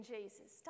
Jesus